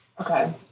Okay